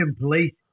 police